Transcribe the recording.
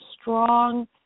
strong